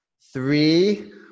three